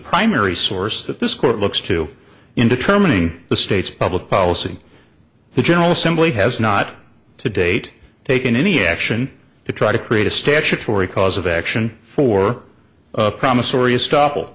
primary source that this court looks to in determining the state's public policy the general assembly has not to date taken any action to try to create a statutory cause of action for promissory est